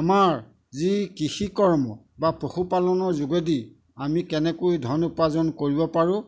আমাৰ যি কৃষি কৰ্ম বা পশুপালনৰ যোগেদি আমি কেনেকৈ ধন উপাৰ্জন কৰিব পাৰোঁ